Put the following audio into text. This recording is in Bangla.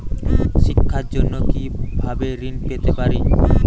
শিক্ষার জন্য কি ভাবে ঋণ পেতে পারি?